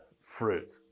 fruit